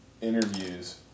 interviews